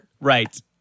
Right